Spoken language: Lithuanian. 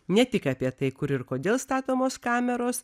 ne tik apie tai kur ir kodėl statomos kameros